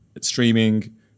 streaming